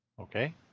Okay